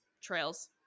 trails